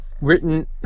written